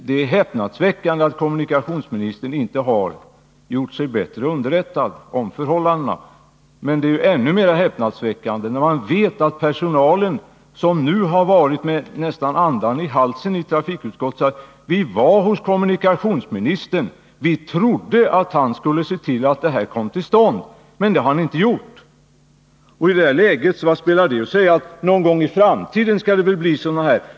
Det är häpnadsväckande att kommunikationsministern inte har gjort sig bättre underrättad om förhållandena. Men det är ännu mera häpnadsväckande med tanke på att personalen, som nu nästan med andan i halsen kommit till trafikutskottet, då alltså sade att man hade varit hos kommunikationsministern och hade trott att denne skulle se till att denna utveckling skulle stoppas— men det har han inte gjort. Vilket värde har ett besked innebärande att det väl någon gång i framtiden kommer att vidtas åtgärder?